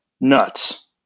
nuts